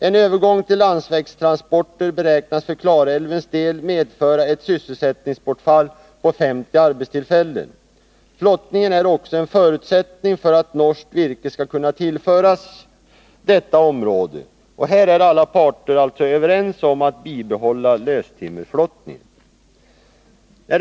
En övergång till landsvägstransporter beräknas för Klarälvens del medföra ett sysselsätt ningsbortfall på 50 arbetstillfällen. Flottningen är också en förutsättning för att norskt virke skall kunna tillföras detta område. Här är alla parter överens om att bibehålla löstimmerflottningen.